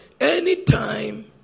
anytime